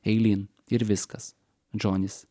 eilyn ir viskas džonis